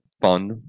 Fun